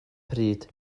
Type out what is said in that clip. pryd